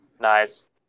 Nice